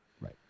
Right